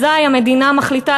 אזי המדינה מחליטה,